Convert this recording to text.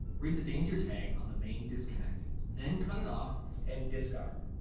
read the danger tag on the main disconnect then cut it off and discard.